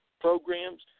programs